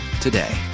today